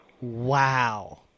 Wow